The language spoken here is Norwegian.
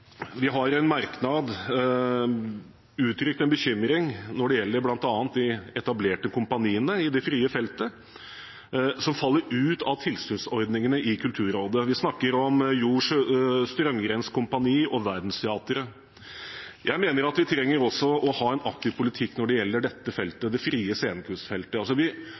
har i en merknad uttrykt en bekymring når det gjelder bl.a. de etablerte kompaniene i det frie feltet som faller ut av tilskuddsordningene i Kulturrådet. Vi snakker om Jo Strømgrens kompani og Verdensteatret. Jeg mener at vi trenger å ha en aktiv politikk også når det gjelder dette feltet, det frie scenekunstfeltet. Vi